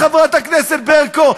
חברת הכנסת ברקו,